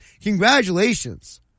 congratulations